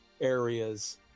areas